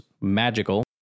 magical